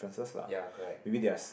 ya correct